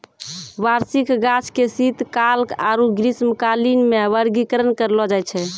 वार्षिक गाछ के शीतकाल आरु ग्रीष्मकालीन मे वर्गीकरण करलो जाय छै